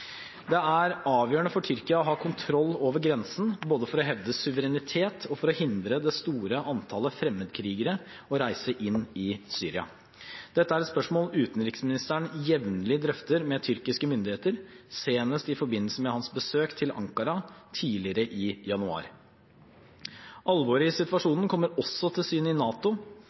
Det er avgjørende for Tyrkia å ha kontroll over grensen, både for å hevde suverenitet og for å hindre det store antallet fremmedkrigere i å reise inn i Syria. Dette er et spørsmål utenriksministeren jevnlig drøfter med tyrkiske myndigheter, senest i forbindelse med hans besøk til Ankara tidligere i januar. Alvoret i situasjonen kommer også til syne i NATO,